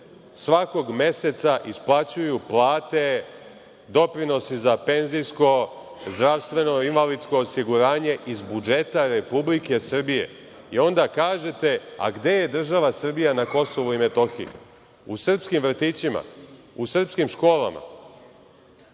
svakog meseca isplaćuju plate, doprinosi za penzijsko, zdravstveno i invalidsko osiguranje iz budžeta Republike Srbije. I, onda kažete – a gde je država Srbija na KiM? U srpskim vrtićima, u srpskim školama. Gde